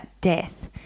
death